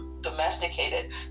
domesticated